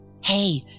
Hey